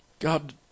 God